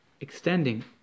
extending